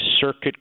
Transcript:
circuit